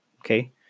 Okay